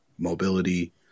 mobility